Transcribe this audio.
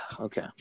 Okay